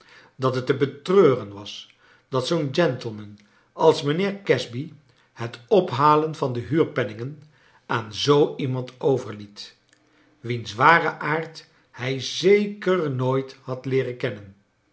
dat het te betreuren was dat zoo'n gentleman als mijnheer casby het ophalen van de huurpenningen aan zoo iemand overliet wiens waren aard hij zeker nooit had leeren kennen